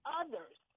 others